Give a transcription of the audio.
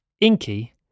inky